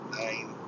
nine